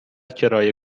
کرایه